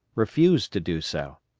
refused to do so.